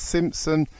Simpson